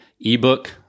ebook